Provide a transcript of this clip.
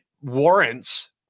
warrants